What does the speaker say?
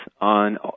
on